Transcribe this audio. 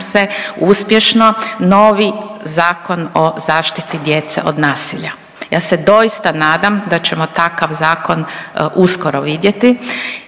se, uspješno novi Zakon o zaštiti djece od nasilja. Ja se doista nadam da ćemo takav zakon uskoro vidjeti,